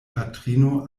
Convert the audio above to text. patrino